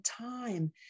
time